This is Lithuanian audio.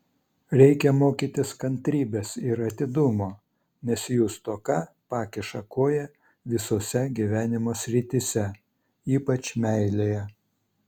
reikia mokytis kantrybės ir atidumo nes jų stoka pakiša koją visose gyvenimo srityse ypač meilėje